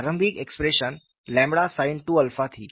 प्रारंभिक expression ƛ sin 2 𝜶 थी